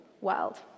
world